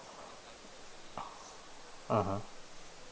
mmhmm